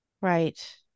Right